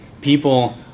people